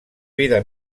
vida